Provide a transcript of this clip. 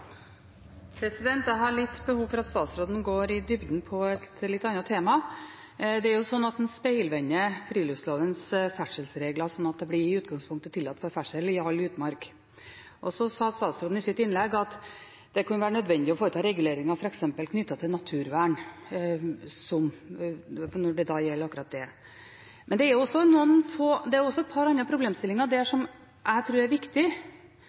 Jeg har behov for at statsråden går i dybden på et litt annet tema. Det er jo slik at en speilvender friluftslovens ferdselsregler, slik at det i utgangspunktet blir tillatt med ferdsel i all utmark. Så sa statsråden i sitt innlegg at det kan være nødvendig å foreta reguleringer – f.eks. knyttet til naturvern – når det gjelder akkurat det. Men det er også et par andre problemstillinger der som jeg tror er